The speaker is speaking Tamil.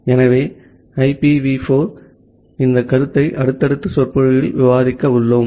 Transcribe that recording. ஆகவே ஐபிவி 4 இன் இந்த கருத்தை அடுத்தடுத்த சொற்பொழிவில் விவாதிக்க உள்ளோம்